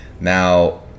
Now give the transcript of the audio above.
Now